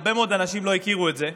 הרבה מאוד אנשים לא הכירו את זה.